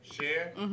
Share